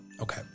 Okay